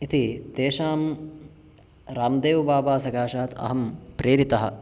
इति तेषां रामदेवबाबासकाशात् अहं प्रेरितः